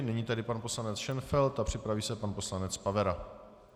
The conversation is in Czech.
Nyní tedy pan poslanec Šenfeld a připraví se pan poslanec Pavera.